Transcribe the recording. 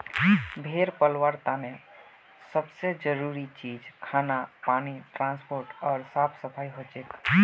भेड़ पलवार तने सब से जरूरी चीज खाना पानी ट्रांसपोर्ट ओर साफ सफाई हछेक